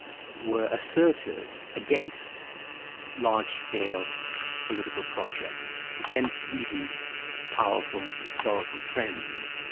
were asserted against large-scale political projects, against even powerful historical trends,